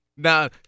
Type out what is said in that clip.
Now